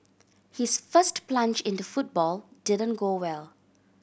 his first plunge into football didn't go well